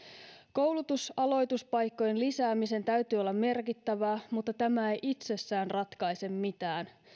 koulutusaloituspaikkojen lisäämisen täytyy olla merkittävää mutta tämä ei itsessään ratkaise mitään